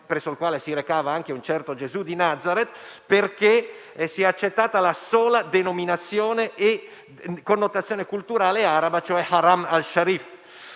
presso il quale si recava anche un certo Gesù di Nazareth, che chiedeva che fosse accettata la sola denominazione e connotazione culturale araba, cioè Haram al-Sharif.